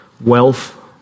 wealth